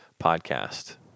podcast